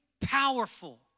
powerful